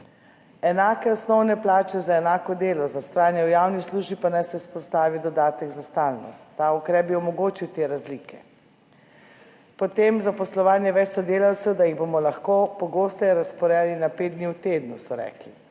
enake osnovne plače za enako delo, za vztrajanje v javni službi pa naj se vzpostavi dodatek za stalnost. Ta ukrep bi onemogočil te razlike. Potem zaposlovanje več sodelavcev, da jih bomo lahko pogosteje razporejali, na pet dni v tednu, so rekli,